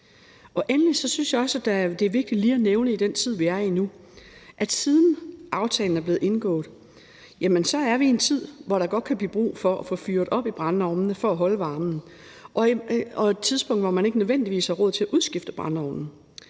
Endelig synes jeg også, at det er vigtigt lige at nævne i den tid, vi er i nu, at siden aftalen blev indgået, er vi kommet ind i en tid, hvor der godt kan blive brug for at få fyret op i brændeovnene for at holde varmen, og det er et tidspunkt, hvor man ikke nødvendigvis har råd til at udskifte brændeovnen.